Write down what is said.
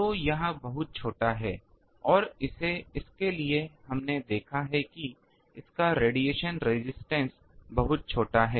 तो यह बहुत छोटा है और इसके लिए हमने देखा है कि इसका रेडिएशन रेजिस्टेंस बहुत छोटा है